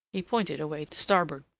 he pointed away to starboard.